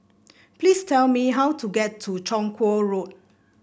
please tell me how to get to Chong Kuo Road